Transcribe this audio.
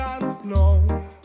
no